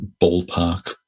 ballpark